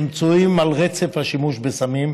שמצויים על רצף השימוש בסמים,